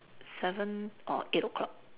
seven or eight O-clock